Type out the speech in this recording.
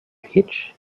hitch